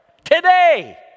Today